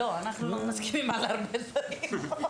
לא, אנחנו לא מסכימים על הרבה דברים (צוחקת).